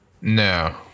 No